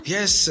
Yes